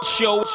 show